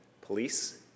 police